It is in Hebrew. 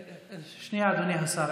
שנייה, אדוני השר.